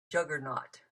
juggernaut